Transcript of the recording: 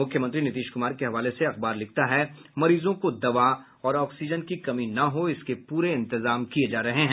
मुख्यमंत्री नीतीश कुमार के हवाले से अखबार लिखता है मरीजों को दवा और ऑक्सीजन की कमी न हो इसके पूरे इंतजाम किये जा रहे हैं